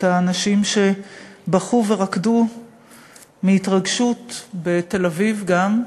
את האנשים שבכו ורקדו מהתרגשות בתל-אביב גם,